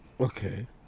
Okay